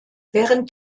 während